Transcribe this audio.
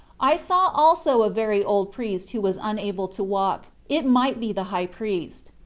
i saw also a very old priest who was unable to walk it might be the high priest.